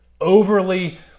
overly